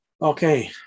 Okay